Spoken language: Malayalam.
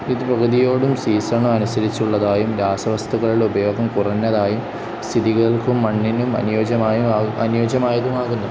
ഇത് പ്രകൃതിയോടും സീസണും അനുസരിച്ചുള്ളതായും രാസവസ്തുക്കളുടെ ഉപയോഗം കുറഞ്ഞതായും സ്ഥിതികൾക്കും മണ്ണിനും അനുയോജ്യമായും അനുയോജ്യമായതുമാകുന്നു